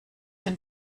den